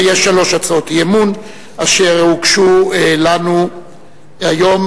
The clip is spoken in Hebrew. ויש שלוש הצעות אי-אמון אשר הוגשו לנו היום.